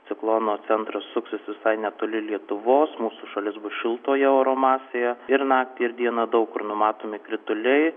ciklono centras suksis visai netoli lietuvos mūsų šalis bus šiltoje oro masėje ir naktį ir dieną daug kur numatomi krituliai